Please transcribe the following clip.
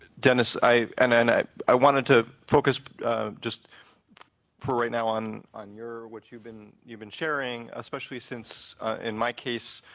dennis, and and i i wanted to focus just for right now on on your what you've been you've been sharing, especially since in my case,